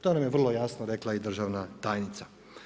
To nam je vrlo jasno rekla i državna tajnica.